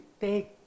take